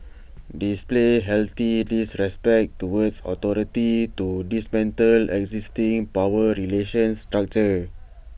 display healthy disrespect towards authority to dismantle existing power relations structure